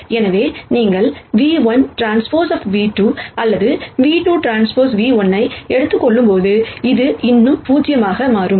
எனவே நீங்கள் v1Tv2 அல்லது v2Tv1 ஐ எடுத்துக் கொள்ளும்போது அது இன்னும் 0 ஆக மாறும்